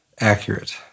Accurate